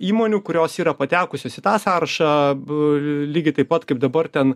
įmonių kurios yra patekusios į tą sąrašą b lygiai taip pat kaip dabar ten